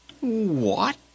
What